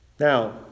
Now